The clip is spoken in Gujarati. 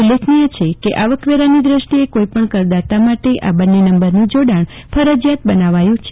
ઉલ્લેખનીય છે કે આવકવેરાની દષ્ટિએ કોઈપણ કરદાતા માટે આ બંન્ને નંબરનું જોડાણ ફરજીયાત બનાવાયુ છે